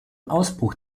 ausbruch